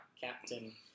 Captain